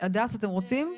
אתם רוצים?